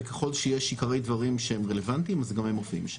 וככל שיש עיקרי דברים שהם רלוונטיים אז גם הם מופיעים שם.